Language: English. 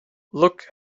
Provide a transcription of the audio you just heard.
look